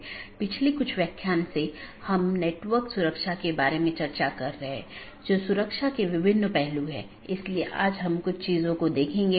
जैसा कि हम पिछले कुछ लेक्चरों में आईपी राउटिंग पर चर्चा कर रहे थे आज हम उस चर्चा को जारी रखेंगे